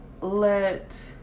let